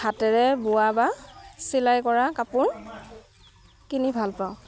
হাতেৰে বোৱা বা চিলাই কৰা কাপোৰ কিনি ভাল পাওঁ